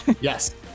Yes